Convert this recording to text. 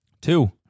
Two